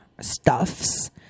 stuffs